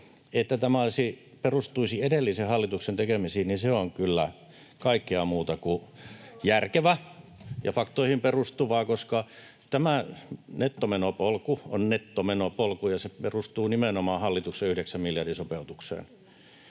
että tämä perustuisi edellisen hallituksen tekemisiin, on kyllä kaikkea muuta kuin järkevä ja faktoihin perustuva, koska tämä nettomenopolku on nettomenopolku, ja se perustuu nimenomaan hallituksen yhdeksän miljardin sopeutukseen.